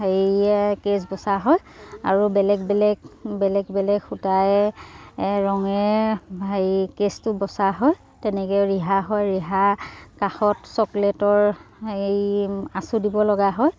হেৰিয়ে কেছ বচা হয় আৰু বেলেগ বেলেগ বেলেগ বেলেগ সূতাই ৰঙে হেৰি কেছটো বচা হয় তেনেকৈ ৰিহা হয় ৰিহা কাষত চকলেটৰ হেৰি আঁচু দিব লগা হয়